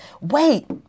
wait